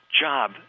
job